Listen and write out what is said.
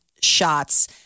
shots